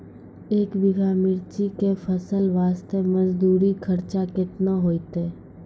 एक बीघा मिर्ची के फसल वास्ते मजदूरी खर्चा केतना होइते?